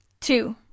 Two